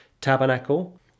tabernacle